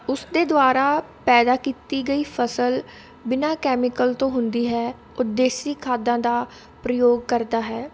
ਉਸ ਦੇ ਦੁਆਰਾ ਪੈਦਾ ਕੀਤੀ ਗਈ ਫਸਲ ਬਿਨਾਂ ਕੈਮੀਕਲ ਤੋਂ ਹੁੰਦੀ ਹੈ ਉਹ ਦੇਸੀ ਖਾਦਾਂ ਦਾ ਪ੍ਰਯੋਗ ਕਰਦਾ ਹੈ